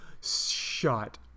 Shut